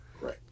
Right